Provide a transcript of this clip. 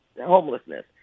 homelessness